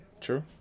True